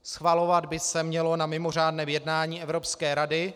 Schvalovat by se mělo na mimořádném jednání Evropské rady.